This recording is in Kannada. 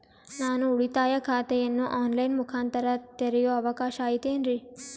ನಾನು ಉಳಿತಾಯ ಖಾತೆಯನ್ನು ಆನ್ ಲೈನ್ ಮುಖಾಂತರ ತೆರಿಯೋ ಅವಕಾಶ ಐತೇನ್ರಿ?